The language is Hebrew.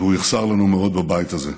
והוא יחסר לנו מאוד בבית הזה.